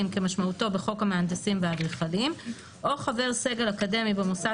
כמשמעותו בחוק המהנדסים והאדריכלים או חבר סגל אקדמי במוסד